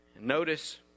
Notice